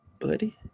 Buddy